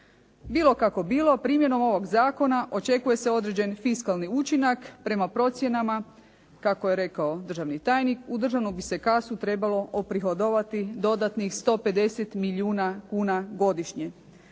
Bili kako bilo, primjenom ovog zakona očekuje se određeni fiskalni učinak. Prema procjenama kako je rekao državni tajnik, u državnu bi se kasu trebalo oprihodovati dodatnih 150 milijuna kuna godišnje.